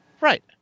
Right